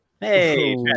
Hey